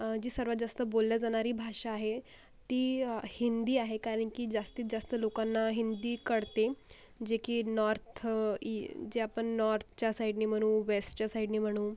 जी सर्वात जास्त बोलली जाणारी भाषा आहे ती हिंदी आहे कारण की जास्तीत जास्त लोकांना हिंदी कळते जे की नॉर्थ ई जे आपण नॉर्थच्या साईडने म्हणू वेस्टच्या साईडने म्हणू